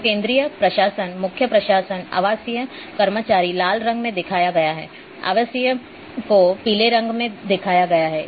तो केंद्रीय प्रशासन मुख्य प्रशासन आवासीय कर्मचारी लाल रंग में दिखाया गया है आवासीय को पीले रंग में दिखाया गया है